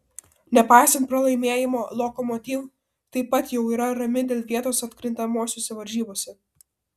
nepaisant pralaimėjimo lokomotiv taip pat jau yra rami dėl vietos atkrintamosiose varžybose